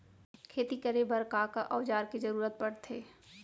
खेती करे बर का का औज़ार के जरूरत पढ़थे?